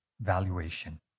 valuation